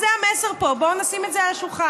זה המסר פה, בואו נשים את זה על השולחן.